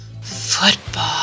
football